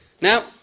Now